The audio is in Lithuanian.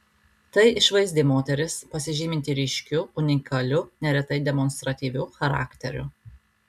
tai išvaizdi moteris pasižyminti ryškiu unikaliu neretai demonstratyviu charakteriu